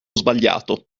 sbagliato